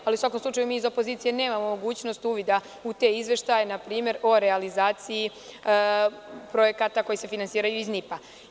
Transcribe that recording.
Ali, u svakom slučaju, mi iz opozicije nemamo mogućnost uvida u te izveštaje, npr. o realizaciji projekata koji se finansiraju iz NIP-a.